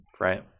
right